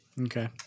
Okay